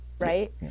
Right